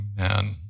Amen